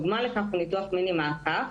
דוגמה לכך היא ניתוח מיני מעקף,